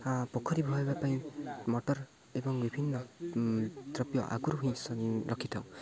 ପୋଖରୀ ବହରିବା ପାଇଁ ମଟର ଏବଂ ବିଭିନ୍ନ ଦ୍ରବ୍ୟ ଆଗରୁ ହିଁ ରଖିଥାଉ